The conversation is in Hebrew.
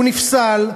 הוא נפסל,